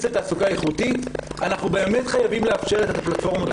לתעסוקה איכותית אנחנו באמת חייבים לאפשר את הפלטפורמות הללו.